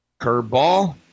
Curveball